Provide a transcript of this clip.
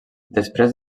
després